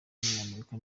w’umunyamerika